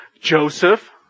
Joseph